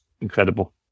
incredible